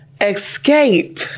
Escape